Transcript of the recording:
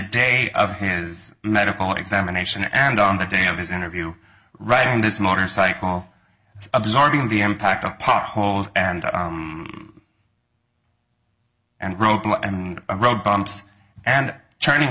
day of his medical examination and on the day of his interview right and his motorcycle absorbing the impact of potholes and and robel and road bumps and turning